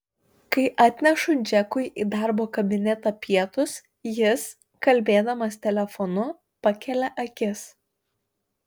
kai atnešu džekui į darbo kabinetą pietus jis kalbėdamas telefonu pakelia akis